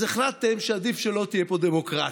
אז החלטתם שעדיף שלא תהיה פה דמוקרטיה,